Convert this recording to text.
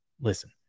Listen